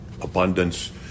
abundance